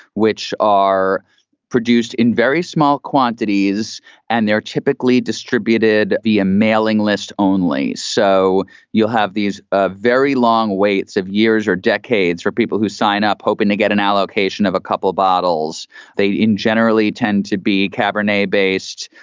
which are produced in very small quantities and they're typically distributed via a mailing list only. so you'll have these ah very long waits of years or decades for people who sign up hoping to get an allocation of a couple bottles they generally tend to be cabernet based.